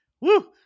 woo